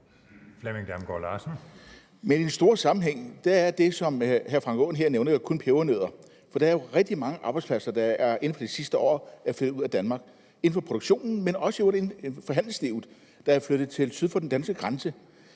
Men i den store sammenhæng er det, som hr. Frank Aaen her nævner, jo kun pebernødder. Der er jo rigtig mange arbejdspladser, der inden for de sidste år er flyttet ud af Danmark, ikke bare inden for produktionen, men også inden for handelslivet, hvor mange er flyttet syd for den danske grænse